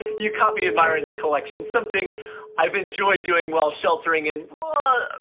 you caught me admiring the collection, something i've enjoyed doing while sheltering in, well, ah